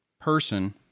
person